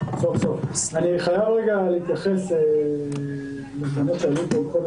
אני חייב רגע להתייחס לדברים שעלו פה.